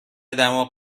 دماغ